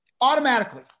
automatically